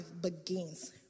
begins